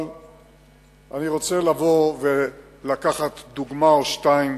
אבל אני רוצה לבוא ולקחת דוגמה או שתיים